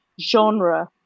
genre